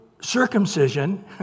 circumcision